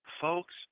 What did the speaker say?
folks